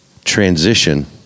Transition